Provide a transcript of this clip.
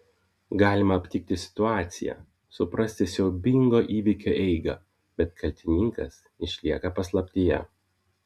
galima aptikti situaciją suprasti siaubingo įvykio eigą bet kaltininkas išlieka paslaptyje